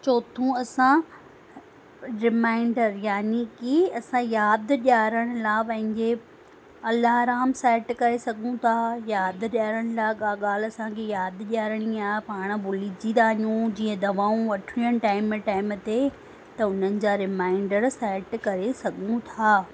चौथो असां रिमाइंडर यानी की असां यादि ॾेआरण लाइ पंहिजे अलार्म सैट करे सघूं था यादि ॾेआरण लाइ गा ॻाल्हि असांखे यादि ॾेआरणी आहे पाण भूलजी था वञू जीअं दवाऊं वठणियूं आहिनि टाइम टाइम ते त उन्हनि जा रिमाइंडर सैट करे सघूं था